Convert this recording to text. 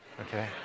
Okay